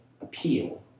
appeal